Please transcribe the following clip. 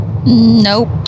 nope